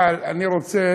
אבל אני רוצה